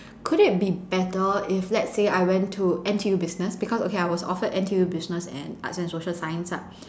could it be better if let's say I went to N_T_U business because okay I was offered N_T_U business and arts and social science lah